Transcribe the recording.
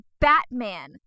Batman